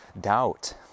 doubt